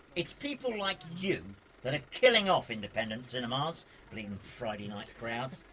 it's people like you that are killing off independent cinemas! bleedin' friday night crowds.